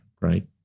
Right